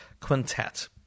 Quintet